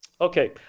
Okay